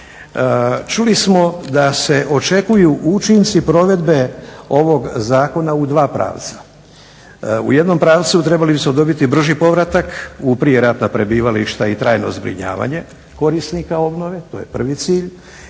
čuli smo da se očekuju učinci provedbe ovog zakona u dva pravca. U jednom pravcu trebali bismo dobiti brži povratak u prijeratna prebivališta i trajno zbrinjavanje korisnika obnove prvi cilj